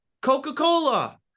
Coca-Cola